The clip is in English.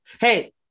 Hey